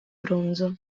bronzo